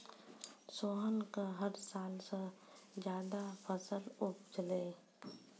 सोहन कॅ हर साल स ज्यादा फसल उपजलै